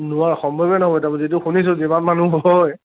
নোৱাৰা সম্ভৱে নহ'ব এতিয়াব যিটো শুনিছোঁ যিমান মানুহ হয়